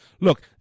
Look